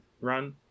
run